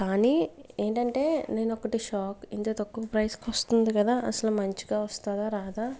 కాని ఏంటంటే నేనొక్కటి షాక్ ఇంత తక్కువ ప్రైస్కు ఒస్తుంది గదా అసలు మంచిగా వస్తుందా రాదా